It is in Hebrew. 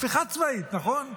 הפיכה צבאית, נכון?